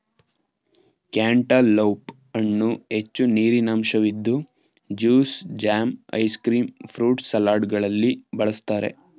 cantaloupe ಹಣ್ಣು ಹೆಚ್ಚು ನೀರಿನಂಶವಿದ್ದು juice, jam, ice cream, fruit ಸಲಾಡ್ಗಳಲ್ಲಿ ಬಳ್ಸತ್ತರೆ